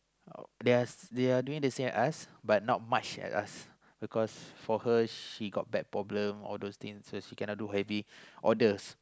they're doing the same as us but not much as us because for her she got back problems and all those things so she cannot do already order